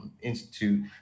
Institute